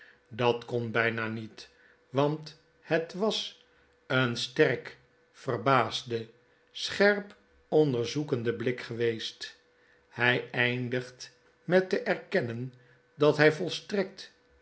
dat kon byna niet want het was een sterk verbaasde scherp onderzoekende blik geweest hy eindigt met te erkennen dat hg volstrekt